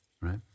right